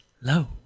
low